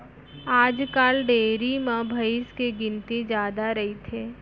आजकाल डेयरी म भईंस के गिनती जादा रइथे